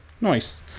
Nice